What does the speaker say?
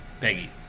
Peggy